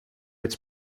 its